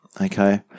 Okay